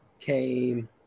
came